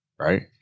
right